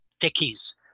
techies